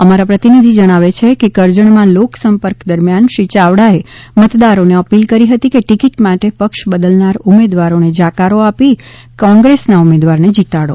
અમારા પ્રતિનિધિ જણાવે છે કે કરજણમાં લોક સંપર્ક દરમ્યાન શ્રી ચાવડા એ મતદારોને અપીલ કરી હતી કે ટિકિટ માટે પક્ષ બદલનાર ઉમેદવારને જાકારો આપી કોંગ્રેસના ઉમેદવારને જીતાડો